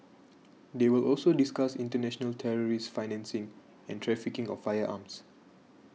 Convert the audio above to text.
they will also discuss international terrorist financing and trafficking of firearms